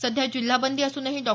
सध्या जिल्हाबंदी असूनही डॉ